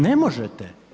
Ne možete.